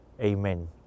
Amen